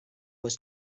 was